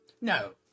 no